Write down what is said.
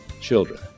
children